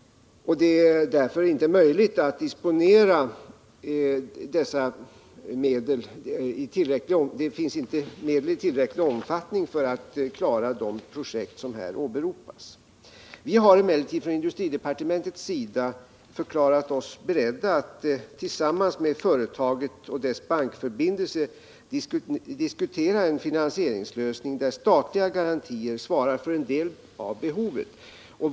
Det finns därför inte tillräckligt med medel för att klara de projekt som här nämns. Vi har emellertid från industridepartementets sida förklarat oss beredda att tillsammans med företaget och dess bankförbindelse diskutera en finansieringslösning där statliga garantier svarar för en del av behovet.